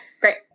Great